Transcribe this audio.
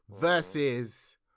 versus